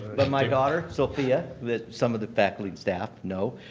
but my daughter, sophia, that some of the faculty and staff know,